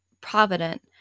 provident